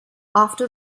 after